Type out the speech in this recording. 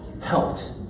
helped